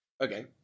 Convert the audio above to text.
Okay